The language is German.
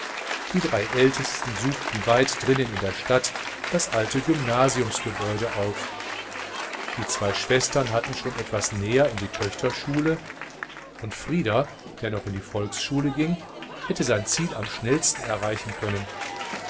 die drei ältesten suchten weit drinnen in der stadt das alte gymnasiumsgebäude auf die zwei schwestern hatten schon etwas näher in die töchterschule und frieder der noch in die volksschule ging hätte sein ziel am schnellsten erreichen können